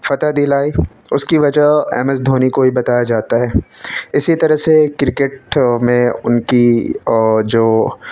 فتح دلائی اس کی وجہ ایم ایس دھونی کو ہی بتایا جاتا ہے اسی طرح سے کرکٹ میں ان کی جو